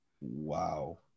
Wow